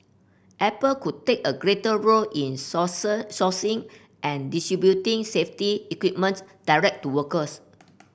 Apple could take a greater role in sourcing and distributing safety equipment direct to workers